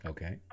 Okay